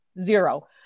zero